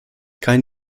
kein